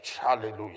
Hallelujah